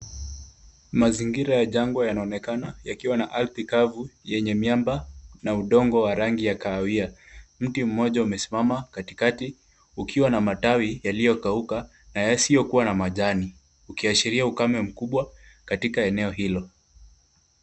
Mazingira ya jangwa yanaonekana yakiwa na ardhi kavu yenye miamba na udongo wa rangi ya kahawia. Mti mmoja umesima katikati ukiwa ana matawi yaliyo kauka na yasiyokuwana majani ukiashiria ukame mkubwa katika eneo hilo.